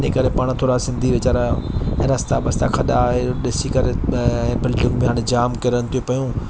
इन करे पाण थोरा सिंधी विचारा रस्ता वस्ता खॾा आहे ॾिसी करे बिल्डिंग बि हाणे जाम किरनि थियूं पयूं